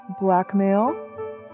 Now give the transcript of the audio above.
blackmail